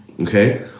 okay